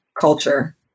culture